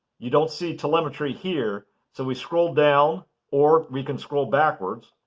you don't see telemetry here so we scroll down or we can scroll backwards